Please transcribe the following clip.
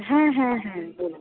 হ্যাঁ হ্যাঁ হ্যাঁ বলুন